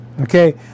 Okay